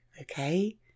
Okay